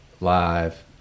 Live